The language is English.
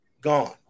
gone